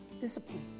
discipline